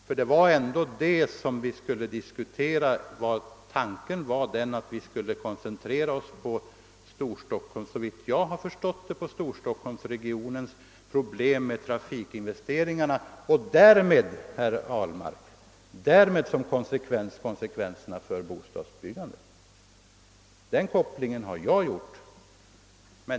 För det var väl ändå dem vi skulle diskutera? Tanken var att vi, såvitt jag förstått saken, skulle koncentrera oss på Storstockholmsregionens problem med trafikinvesteringarna och de därmed följande konsekvenserna för bostadsbyggandet.